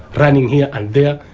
running here and there,